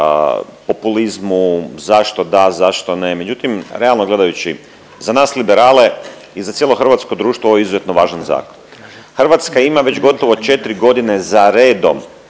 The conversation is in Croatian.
populizmu zašto da, zašto ne, međutim realno gledajući za nas liberale i za cijelo hrvatsko društvo ovo je izuzetno važan zakon. Hrvatska ima već gotovo 4 godine za redom